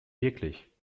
wirklich